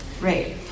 Right